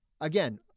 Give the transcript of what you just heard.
Again